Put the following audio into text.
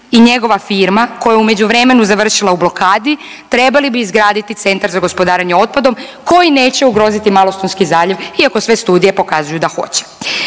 i njegova firma koja je u međuvremenu završila u blokadi trebal bi izgraditi Centar za gospodarenje otpadom koji neće ugroziti Malostonski zaljev iako sve studije pokazuju da hoće.